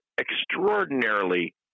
extraordinarily